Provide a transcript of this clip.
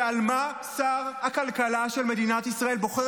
ועל מה שר הכלכלה של מדינת ישראל בוחר